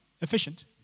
efficient